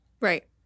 Right